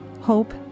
hope